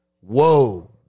Whoa